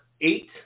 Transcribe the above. eight